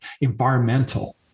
environmental